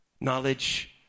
Knowledge